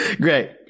Great